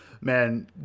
man